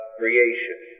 creation